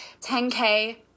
10k